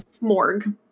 morgue